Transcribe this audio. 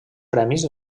premis